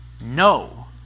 No